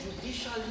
judicial